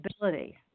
ability